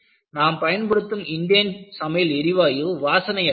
நாம் பயன்படுத்தும் இண்டேன் சமையல் எரிவாயு வாசனை அற்றது